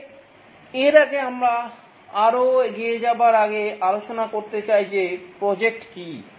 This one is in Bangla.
তবে এর আগে আমরা আরও এগিয়ে যাওয়ার আগে আলোচনা করতে চাই যে প্রজেক্ট কী